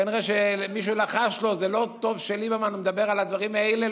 כנראה שמישהו לחש לו: זה לא טוב שליברמן מדבר על הדברים האלה.